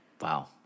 Wow